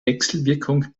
wechselwirkung